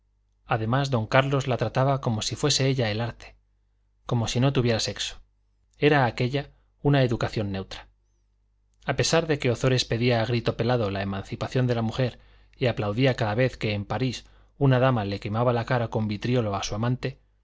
además don carlos la trataba como si fuese ella el arte como si no tuviera sexo era aquella una educación neutra a pesar de que ozores pedía a grito pelado la emancipación de la mujer y aplaudía cada vez que en parís una dama le quemaba la cara con vitriolo a su amante